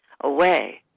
away